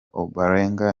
ombolenga